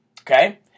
okay